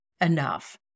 enough